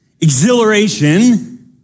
Exhilaration